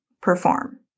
perform